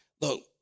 look